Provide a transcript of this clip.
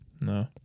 No